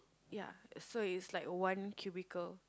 ya so it's like one cubicle